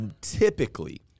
typically